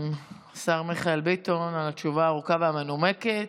השר מיכאל ביטון, על התשובה הארוכה והמנומקת